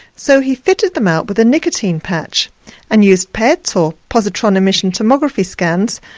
so he fitted them out with a nicotine patch and used pets, or positron emission tomography scans,